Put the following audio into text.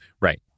Right